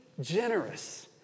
generous